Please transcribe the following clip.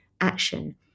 action